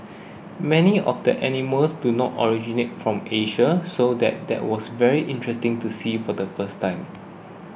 many of the animals do not originate from Asia so that that was very interesting to see for the first time